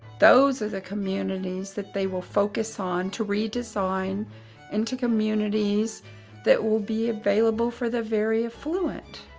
those are the communities that they will focus on to redesign into communities that will be available for the very affluent.